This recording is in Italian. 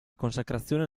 consacrazione